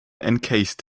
encased